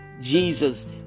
Jesus